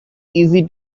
easy